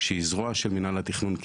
שהיא זרוע של מינהל התכנון,